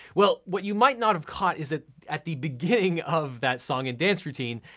well, what you might not have caught is that at the beginning of that song and dance routine,